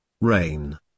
Rain